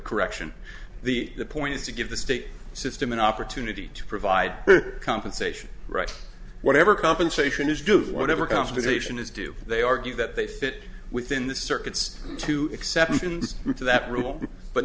correction the the point is to give the state system an opportunity to provide compensation right whatever compensation is due whatever compensation is due they argue that they fit within the circuits two exceptions to that rule but